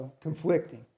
conflicting